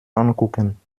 angucken